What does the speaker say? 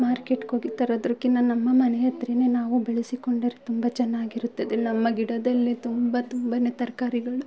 ಮಾರ್ಕೆಟ್ಗೋಗಿ ತರೋದಕ್ಕಿಂತ ನಮ್ಮ ಮನೆ ಹತ್ರನೇ ನಾವು ಬೆಳೆಸಿಕೊಂಡರೆ ತುಂಬ ಚೆನ್ನಾಗಿರುತ್ತದೆ ನಮ್ಮ ಗಿಡದಲ್ಲೇ ತುಂಬ ತುಂಬನೇ ತರಕಾರಿಗಳು